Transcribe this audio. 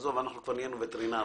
אנחנו כבר נהיינו וטרינרים.